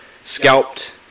scalped